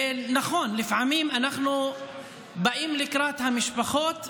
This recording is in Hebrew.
ונכון, לפעמים אנחנו באים לקראת המשפחות.